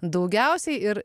daugiausiai ir